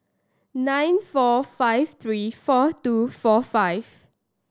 nine four five three four two four five